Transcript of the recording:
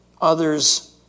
others